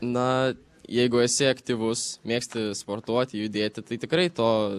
na jeigu esi aktyvus mėgsti sportuoti judėti tai tikrai to